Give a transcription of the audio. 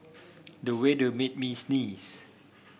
the weather made me sneeze